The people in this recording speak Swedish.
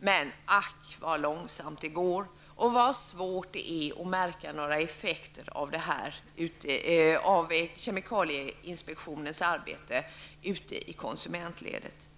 Men ack, vad långsamt det går och vad svårt det är att märka några effekter av kemikalieinspektionens arbete ute i konsumentledet.